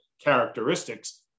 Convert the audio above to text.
characteristics